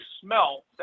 smell